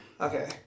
Okay